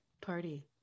Party